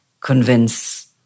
convince